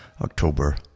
October